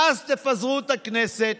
ואז תפזרו את הכנסת,